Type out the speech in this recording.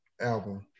Album